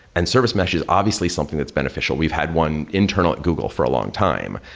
and service mesh is obviously something that's beneficial. we've had one internal google for a long time.